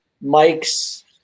Mike's